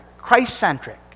Christ-centric